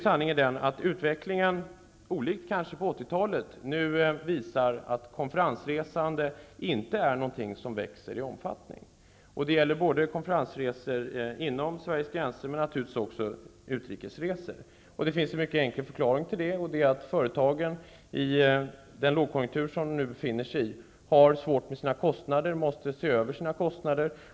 Sanningen är att utvecklingen, olikt den på 80-talet, visar att konferensresandet inte växer i omfattning. Det gäller både konferensresor inom Sveriges gränser och utrikes resor. Det finns en mycket enkel förklaring till det. I den lågkonjunktur vi nu befinner oss i har företagen svårt med sina kostnader och måste se över dem.